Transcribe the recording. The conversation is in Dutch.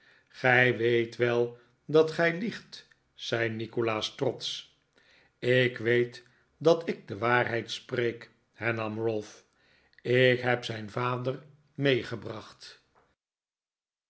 gij weet wel dat gij liegt zei nikolaas trotsch ik weet dat ik de waarheid spreek hernam ralph ik heb zijn vader meegebracht